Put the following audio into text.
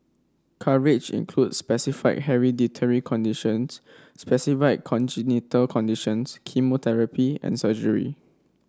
coverage includes specified hereditary conditions specified congenital conditions chemotherapy and surgery